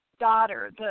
Daughter